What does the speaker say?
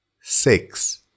six